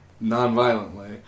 non-violently